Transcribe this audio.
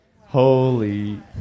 Holy